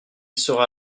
sera